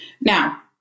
Now